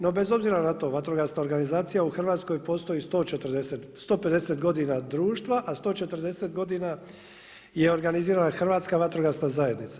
No bez obzira na to vatrogasna organizacija u Hrvatskoj postoji 140, 150 godina društva, a 140 godina je organizirana Hrvatska vatrogasna zajednica.